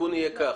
התיקון יהיה כך: